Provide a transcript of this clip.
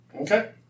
Okay